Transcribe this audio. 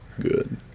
good